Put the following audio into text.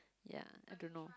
ya I don't know